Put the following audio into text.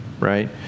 Right